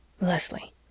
Leslie